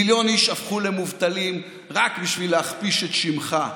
מיליון איש הפכו למובטלים רק בשביל להכפיש את שמך,